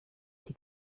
die